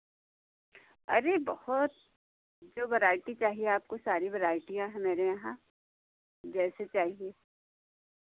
अरे बहुत जो वराइटी चाहिए आपको सारी वराइटियाँ हैं मेरे यहाँ जैसे चाहिए